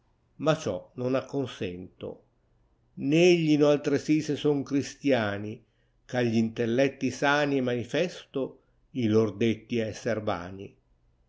ma ciò non acconsento né eglino altresì se son cristiani chagli intelletti sani manifesto i lor detti esser tani